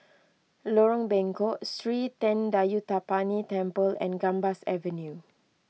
Lorong Bengkok Sri thendayuthapani Temple and Gambas Avenue